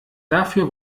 dafür